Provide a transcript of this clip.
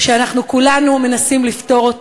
שאנחנו כולנו מנסים לפתור,